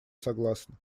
согласны